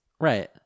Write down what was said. Right